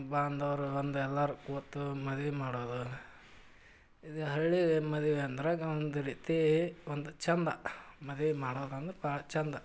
ಬಾಂಧವ್ರು ಬಂದು ಎಲ್ಲರೂ ಕೂತು ಮದ್ವೆ ಮಾಡೋದು ಇದು ಹಳ್ಳಿ ಮದ್ವೆ ಅಂದ್ರೆ ಒಂದು ರೀತಿ ಒಂದು ಚಂದ ಮದ್ವೆ ಮಾಡೋದ್ ಅಂದ್ರೆ ಭಾಳ ಚಂದ